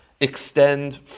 Extend